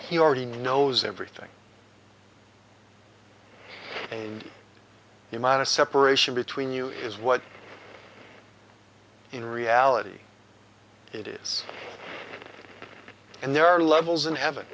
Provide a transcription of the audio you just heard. he already knows everything and the amount of separation between you is what in reality it is and there are levels in heaven